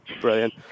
Brilliant